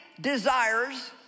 desires